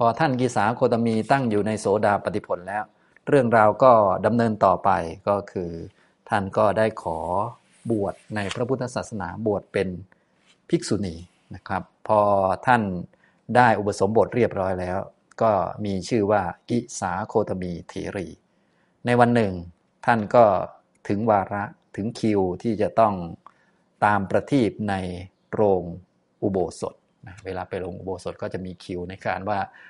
พอท่านกิสาโคตมีตั้งอยู่ในโสดาปฏิผลแล้ว เรื่องราวก็ดำเนินต่อไป ก็คือท่านก็ได้ขอบวชในพระพุทธศาสนา บวชเป็นภิกษุณีนะครับ พอท่านได้อุปสมบทเรียบร้อยแล้ว ก็มีชื่อว่ากิสาโคตมีเถรี ในวันหนึ่งท่านก็ถึงวาระ ถึงคิวที่จะต้องตามประทีปในโรงอุโบสถนะ เวลาไปโรงอุโบสถก็จะมีคิวในการว่า